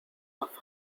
off